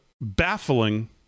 baffling